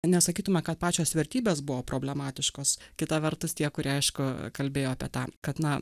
nesakytume kad pačios vertybės buvo problematiškos kitą vertus tie kurie aišku kalbėjo apie tą kad na